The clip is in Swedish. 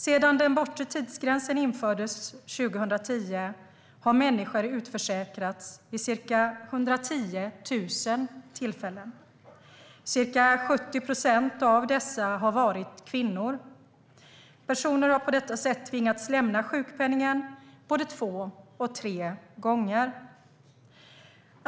Sedan den bortre tidsgränsen infördes 2010 har människor utförsäkrats vid ca 110 000 tillfällen. Ca 70 procent av dessa människor har varit kvinnor. Personer har på detta sätt tvingats lämna sjukpenningen både två och tre gånger.